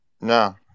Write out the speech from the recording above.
No